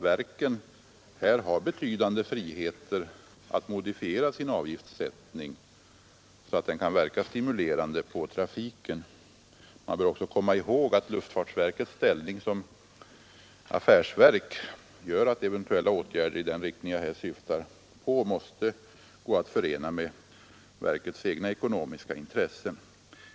Verken har ju en betydande frihet att modifiera sin avgiftssättning så att den kan stimulera trafiken. Man bör också komma ihåg att luftfartsverkets ställning som affärsverk gör att eventuella åtgärder i den riktning jag här syftar på måste gå att förena med verkets egna ekonomiska intressen.